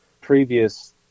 previous